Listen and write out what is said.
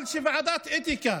אבל כשוועדת אתיקה